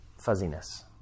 fuzziness